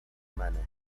manner